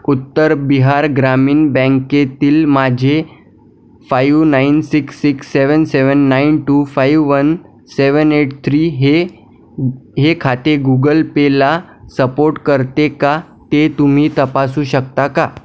उत्तर बिहार ग्रामीण बँकेतील माझे five nine six six seven seven nine two five one seven eight three हे हे खाते गुगल पेला सपोट करते का ते तुम्ही तपासू शकता का